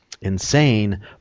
insane